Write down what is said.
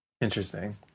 interesting